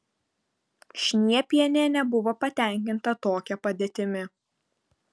šniepienė nebuvo patenkinta tokia padėtimi